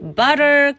butter